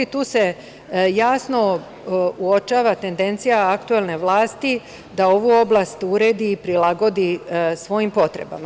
Tu se jasno uočava tendencija aktuelne vlasti, da ovu oblast uredi i prilagodi svojim potrebama.